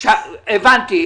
הבנתי.